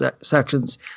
sections